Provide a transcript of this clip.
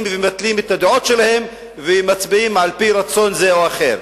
הדעות שלהם ומצביעים על-פי רצון זה או אחר.